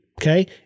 Okay